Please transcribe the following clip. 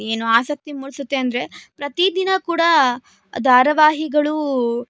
ಏನು ಆಸಕ್ತಿ ಮೂಡಿಸುತ್ತೆ ಅಂದರೆ ಪ್ರತಿ ದಿನ ಕೂಡ ಧಾರಾವಾಹಿಗಳು